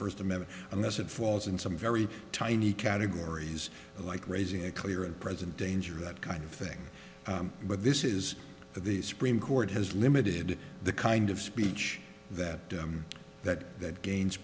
first a minute unless it falls in some very tiny categories like raising a clear and present danger that kind of thing but this is the supreme court has limited the kind of speech that that that gains